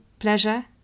pleasure